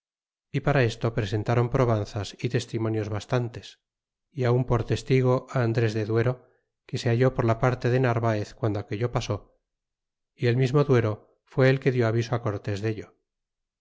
y para esto presentaron probanzas y testimonios bastantes y aun por testigo andres de duero que se halló por la parte de narvaez guando aquello pasó y el mismo duero fuó el que dió aviso cortés dello